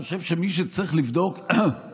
אתה חושב שמי שצריך לבדוק, אפשר